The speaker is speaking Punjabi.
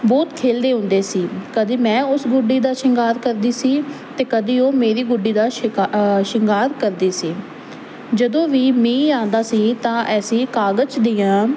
ਬਹੁਤ ਖੇਲਦੇ ਹੁੰਦੇ ਸੀ ਕਦੇ ਮੈਂ ਉਸ ਗੁੱਡੀ ਦਾ ਸ਼ਿੰਗਾਰ ਕਰਦੀ ਸੀ ਤੇ ਕਦੀ ਉਹ ਮੇਰੀ ਗੁੱਡੀ ਦਾ ਸ਼ਿੰਗਾਰ ਕਰਦੀ ਸੀ ਜਦੋਂ ਵੀ ਮੀਂਹ ਆਉਂਦਾ ਸੀ ਤਾਂ ਅਸੀਂ ਕਾਗਜ਼ ਦੀਆਂ